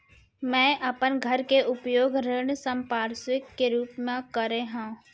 मै अपन घर के उपयोग ऋण संपार्श्विक के रूप मा करे हव